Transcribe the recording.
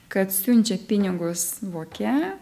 kad siunčia pinigus voke